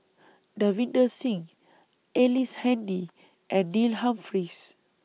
Davinder Singh Ellice Handy and Neil Humphreys